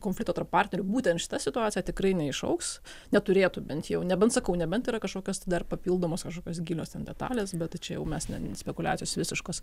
konflikto tarp partnerių būtent šita situacija tikrai neiššauks neturėtų bent jau nebent sakau nebent yra kažkokios tai dar papildomos kažkokios gilios detalės bet tai čia jau mes ne spekuliacijos visiškos